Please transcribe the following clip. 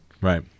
right